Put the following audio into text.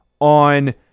on